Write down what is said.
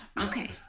Okay